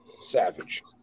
Savage